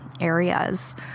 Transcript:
areas